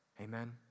amen